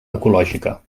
ecològica